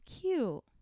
cute